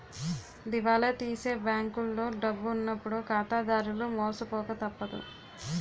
దివాలా తీసే బ్యాంకులో డబ్బు ఉన్నప్పుడు ఖాతాదారులు మోసపోక తప్పదు